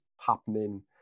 happening